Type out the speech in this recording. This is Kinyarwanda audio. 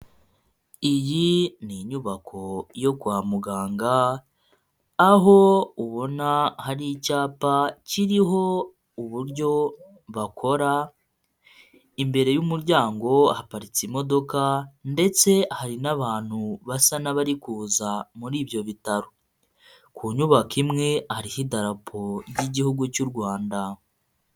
Iyi ni inyubako yo kwa muganga, aho ubona hari icyapa kiriho uburyo bakora, imbere y'umuryango haparitse imodoka ndetse hari n'abantu basa n'abari kuza muri ibyo bitaro. Ku nyubako imwe hariho idarapo ry'igihugu cy'u Rwanda.